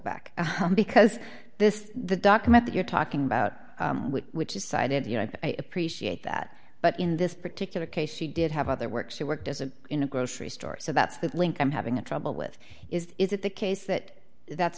back because this the document that you're talking about which is cited you know i appreciate that but in this particular case she did have other work she worked as an in a grocery store so that's the link i'm having trouble with is is it the case that that's